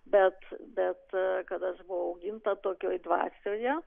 bet bet kad aš buvau auginta tokioj dvasioje